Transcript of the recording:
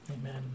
Amen